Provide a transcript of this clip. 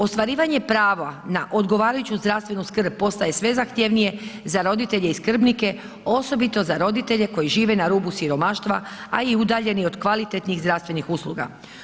Ostvarivanje prava na odgovarajuću zdravstvenu skrb postaje sve zahtjevnije za roditelje i skrbnike, osobito za roditelje koji žive na rubu siromaštva, a i udaljeni od kvalitetnih zdravstvenih usluga.